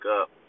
up